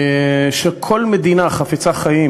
שכל מדינה חפצת חיים,